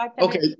Okay